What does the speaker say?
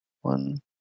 One